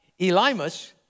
Elimus